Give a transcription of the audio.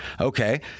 Okay